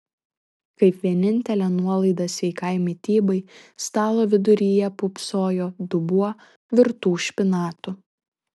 kaip vienintelė nuolaida sveikai mitybai stalo viduryje pūpsojo dubuo virtų špinatų